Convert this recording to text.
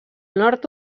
nord